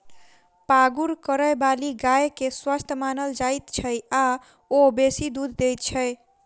पागुर करयबाली गाय के स्वस्थ मानल जाइत छै आ ओ बेसी दूध दैत छै